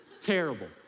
terrible